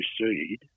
proceed